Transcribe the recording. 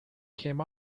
came